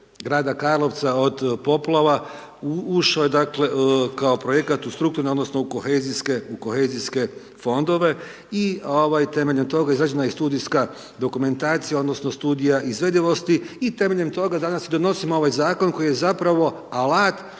Karlovca od poplava ušao je, dakle, kao projekat u strukturne odnosno kohezijske fondove i temeljem toga je izrađena i studijska dokumentacija odnosno studija izvedivosti i temeljem toga danas i donosimo ovaj zakon koji je zapravo alat